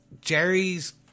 Jerry's